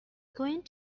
going